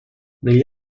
negli